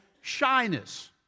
shyness